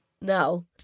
No